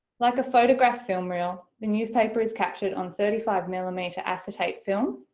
like a photograph film reel the newspaper is captured on thirty five millimeter acetate film.